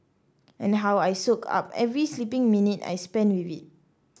and how I soak up every sleeping minute I spend with it